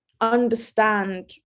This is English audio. understand